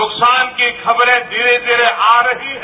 नुकसान की खबरें धीरे धीरे आ रही है